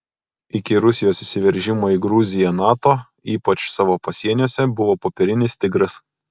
iki rusijos įsiveržimo į gruziją nato ypač savo pasieniuose buvo popierinis tigras